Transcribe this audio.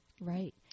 Right